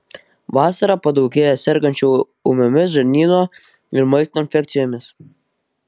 vasarą padaugėja sergančių ūmiomis žarnyno ir maisto infekcijomis